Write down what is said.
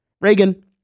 Reagan